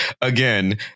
again